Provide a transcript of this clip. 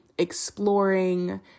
exploring